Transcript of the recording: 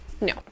No